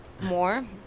more